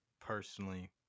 personally